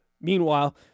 Meanwhile